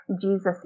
Jesus